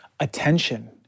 attention